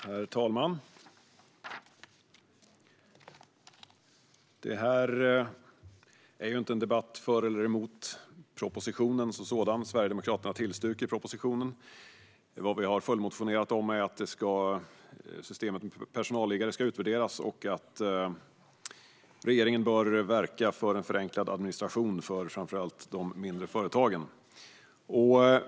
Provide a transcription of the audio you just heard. Herr talman! Det här är inte en debatt för eller emot propositionen som sådan. Sverigedemokraterna tillstyrker propositionen. Vad vi har följdmotionerat om är att systemet med personalliggare ska utvärderas och att regeringen bör verka för en förenklad administration för framför allt de mindre företagen.